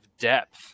depth